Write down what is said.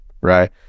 right